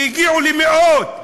שהגיעו למאות,